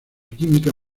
química